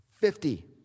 Fifty